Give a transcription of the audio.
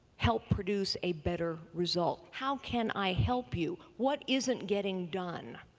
help produce a better result? how can i help you? what isn't getting done?